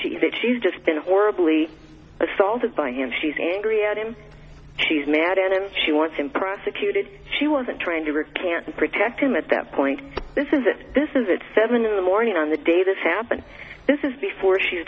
that she's just been horribly assaulted by him she's angry at him she's mad at him she wants him prosecuted she wasn't trying to recant protect him at that point this is it this is it's seven in the morning on the day this happened this is before she